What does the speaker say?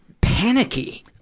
panicky